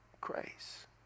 grace